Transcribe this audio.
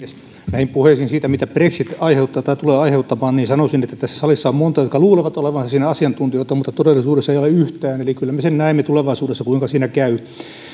näihin puheisiin siitä mitä brexit aiheuttaa tai tulee aiheuttamaan sanoisin että tässä salissa on monta jotka luulevat olevansa siinä asiantuntijoita mutta todellisuudessa ei ole yhtään eli kyllä me sen näemme tulevaisuudessa kuinka siinä käy kun